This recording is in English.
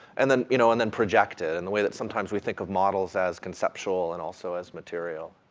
and then, you know, and then projected in the way that sometimes we think of models as conceptual, and also as material.